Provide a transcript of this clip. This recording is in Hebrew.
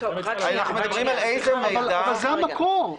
אבל זה המקור.